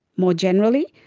more generally,